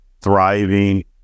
thriving